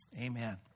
Amen